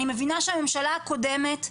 אני מבינה שהממשלה הקודמת,